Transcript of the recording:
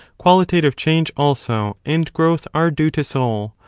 qualitative change, also, and growth are due to soul.